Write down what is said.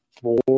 four